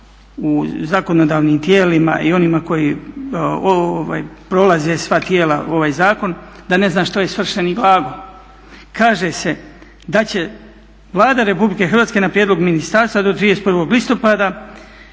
u zakonodavnim tijelima i onima koji prolaze sva tijela ovaj zakon, da ne zna što je svršeni glagol. Kaže se "da će Vlada RH na prijedlog ministarstva do 31.listopada